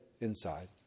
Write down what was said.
inside